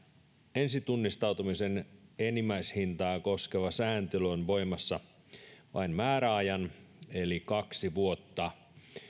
ensitunnistautumisen enimmäishintaa koskeva sääntely on voimassa vain määräajan eli kaksi vuotta